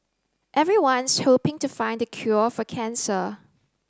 everyone's hoping to find the cure for cancer